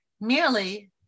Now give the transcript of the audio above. merely